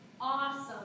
Awesome